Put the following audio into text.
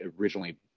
originally